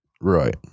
right